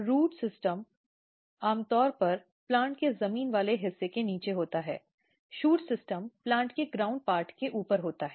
root system आमतौर पर plant के जमीन वाले हिस्से से नीचे होता है शूट सिस्टम प्लांट के ग्राउंड पार्ट के ऊपर होता है